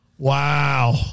Wow